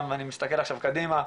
אני מסתכל עכשיו קדימה,